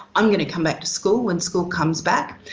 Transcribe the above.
i'm gonna come back to school when school comes back.